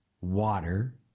water